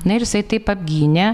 na ir jisai taip apgynė